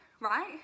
right